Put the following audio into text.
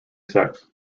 sex